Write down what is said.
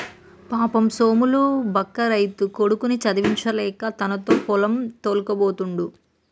పాపం సోములు బక్క రైతు కొడుకుని చదివించలేక తనతో పొలం తోల్కపోతుండు